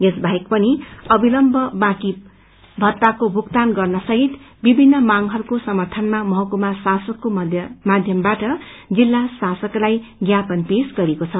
यस बाहेक पनि अविलम्ब बाँकी मत्ताको भूगतान गर्न सहित विभित्र मागहरूको समर्थनमा महकुमा शासकको माध्यमबाट जिल्ला शासकलाई ज्ञापन पेश गरिएको छ